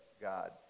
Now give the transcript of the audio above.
God